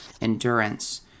endurance